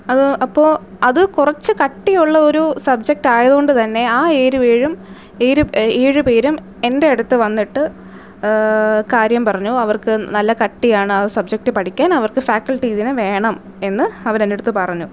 അത് അപ്പോൾ അത് കുറച്ച് കട്ടി ഉള്ള ഒരു സബ്ജെക്റ്റ് ആയതുകൊണ്ട് തന്നെ ആ ഏഴ് പേരും ഏഴ് ഏഴ് പേരും എൻ്റെ അടുത്ത് വന്നിട്ട് കാര്യം പറഞ്ഞു അവർക്ക് നല്ല കട്ടിയാണ് ആ സബ്ജെക്റ്റ് പഠിക്കാൻ അവർക്ക് ഫാക്കൽറ്റീസിനെ വേണം എന്ന് അവർ എൻ്റെ അടുത്ത് പറഞ്ഞു